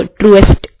truest